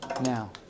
Now